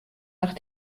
nach